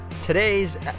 Today's